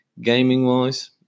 gaming-wise